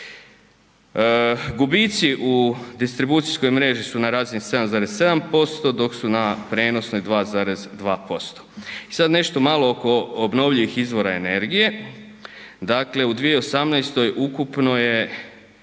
Gubici u distribucijskoj mreži su na razini 7,7%, dok su na prenosnoj 2,2%. I sad nešto malo oko obnovljivih izvora energije, dakle u 2018. ukupno je